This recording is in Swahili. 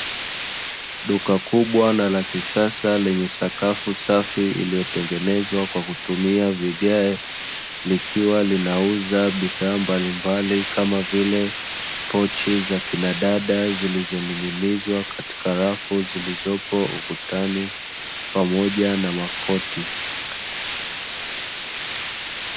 Duka kubwa na la kisasa, lenye sakafu safi iliyotengenezwa kwa kutumia vigae, likiwa linauza bidhaa mbalimbali kama vile, pochi za kina dada zilizoning'inizwa kwenye rafu zilizopo ukutani, pamoja na makoti.